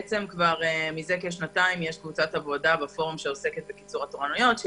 מזה כשנתיים יש קבוצת עבודה בפורום שעוסקת בקיצור התורנויות.